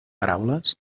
paraules